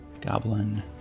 goblin